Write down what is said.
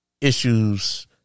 issues